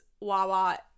Wawa